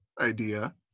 idea